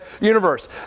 universe